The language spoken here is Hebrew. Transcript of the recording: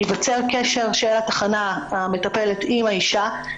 ייווצר קשר של התחנה המטפלת עם האישה.